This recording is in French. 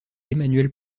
emmanuel